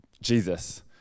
Jesus